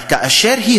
אבל כאשר היא